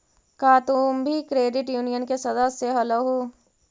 का तुम भी क्रेडिट यूनियन के सदस्य हलहुं?